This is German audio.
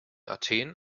athen